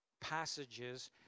passages